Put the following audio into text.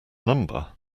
number